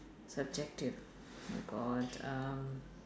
subjective my god um